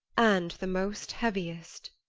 and the most heaviest.